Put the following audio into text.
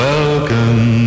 Welcome